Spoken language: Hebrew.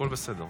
הכול בסדר.